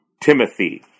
Timothy